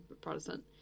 Protestant